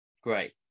great